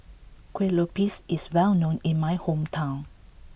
Kueh Lopes is well known in my hometown